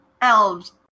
elves